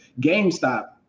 GameStop